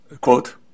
quote